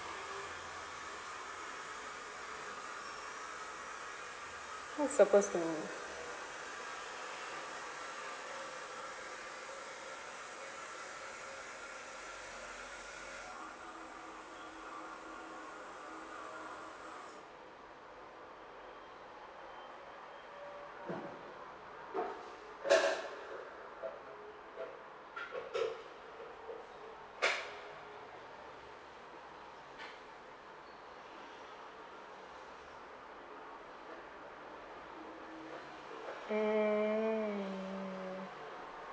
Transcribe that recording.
what is that supposed to mean mm